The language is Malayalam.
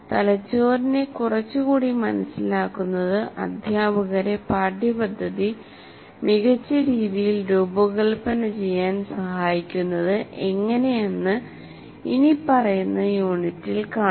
തലച്ചോറിനെ കുറച്ചുകൂടി മനസിലാക്കുന്നത് അധ്യാപകരെ പാഠ്യപദ്ധതി മികച്ച രീതിയിൽ രൂപകൽപ്പന ചെയ്യാൻ സഹായിക്കുന്നത് എങ്ങനെയെന്ന് ഇനിപ്പറയുന്ന യൂണിറ്റിൽ കാണാം